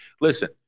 Listen